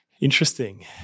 Interesting